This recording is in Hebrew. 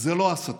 זה לא הסתה.